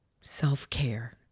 self-care